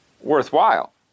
worthwhile